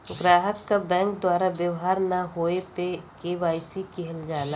ग्राहक क बैंक द्वारा व्यवहार न होये पे के.वाई.सी किहल जाला